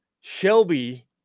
Shelby –